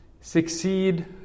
succeed